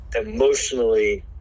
emotionally